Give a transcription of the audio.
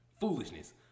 Foolishness